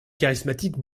charismatique